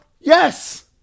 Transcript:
Yes